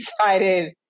decided